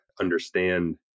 understand